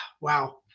Wow